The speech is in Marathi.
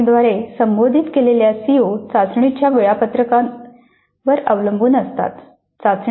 चाचणीद्वारे संबोधित केलेल्या सीओ चाचणीच्या वेळापत्रकावर अवलंबून असतात